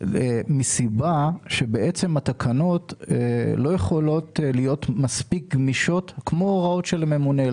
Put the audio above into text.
מכיוון שהתקנות לא יכולות להיות מספיק גמישות כמו הוראות של הממונה.